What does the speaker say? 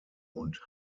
und